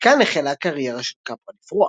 מכאן החלה הקריירה של קפרה לפרוח.